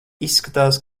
izskatās